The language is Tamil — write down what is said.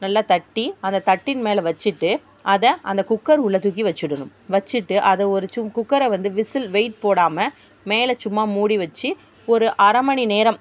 நல்லா தட்டி அதை தட்டின் மேல் வச்சுட்டு அதை அந்த குக்கர் உள்ளே தூக்கி வச்சுடணும் வச்சுட்டு அதை ஒரு குக்கரை வந்து விசில் வெயிட் போடாமல் மேலே சும்மா மூடி வச்சு ஒரு அரை மணி நேரம்